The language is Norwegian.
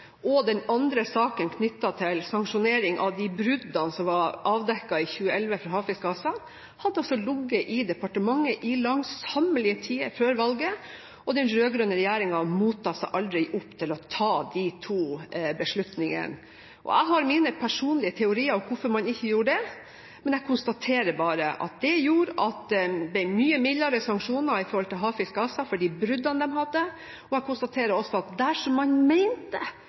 og den andre saken knyttet til sanksjonering av de bruddene som var avdekket i 2011 for Havfisk ASA, hadde ligget i departementet i langsommelige tider før valget, og den rød-grønne regjeringen hadde aldri mot til å ta de to beslutningene. Jeg har mine personlige teorier om hvorfor man ikke gjorde det, men jeg konstaterer bare at det gjorde at det ble mye mildere sanksjoner for Havfisk ASA for de bruddene de hadde. Jeg konstaterer også at dersom man mente at det